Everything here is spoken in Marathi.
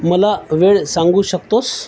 मला वेळ सांगू शकतोस